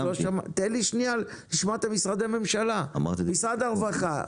תן לי שנייה לשמוע את משרדי הממשלה, משרד הרווחה,